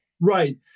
Right